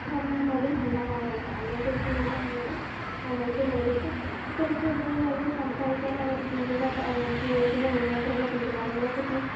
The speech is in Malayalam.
കാരണവന്മാരും ഉണ്ടാവാറുണ്ട് അന്നേ ദിവസം തന്നെ അവർ അവർക്ക് നേരിട്ട് കുറച്ച് അധികനേരം സംസാരിക്കാൻ അവരെ ജീവിതം ജീവിതത്തിൻ്റെ മുന്നോട്ടുള്ള തീരുമാനങ്ങളെ പറ്റി